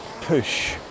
push